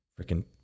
freaking